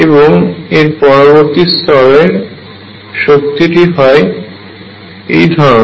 এবং এর পরবর্তী স্তরের শক্তিটি হয় এই ধরনের